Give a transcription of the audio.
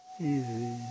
easy